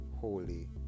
holy